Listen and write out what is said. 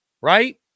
right